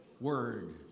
Word